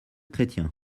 chrétien